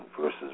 versus